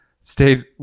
stayed